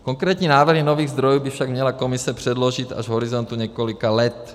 Konkrétní návrhy nových zdrojů by však měla Komise předložit až v horizontu několika let.